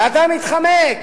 ואתה מתחמק.